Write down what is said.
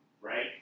right